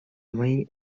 мои